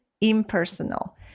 impersonal